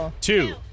Two